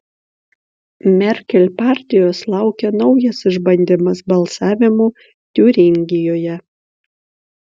merkel partijos laukia naujas išbandymas balsavimu tiuringijoje